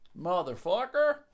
Motherfucker